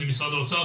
במשרד האוצר,